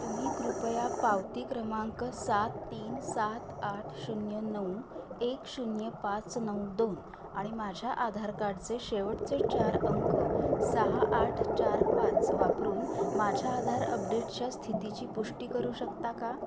तुम्ही कृपया पावती क्रमांक सात तीन सात आठ शून्य नऊ एक शून्य पाच नऊ दोन आणि माझ्या आधार कार्डचे शेवटचे चार अंक सहा आठ चार पाच वापरून माझ्या आधार अपडेटच्या स्थितीची पुष्टी करू शकता का